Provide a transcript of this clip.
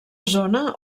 zona